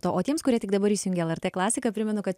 o tiems kurie tik dabar įsijungę lrt klasiką primenu kad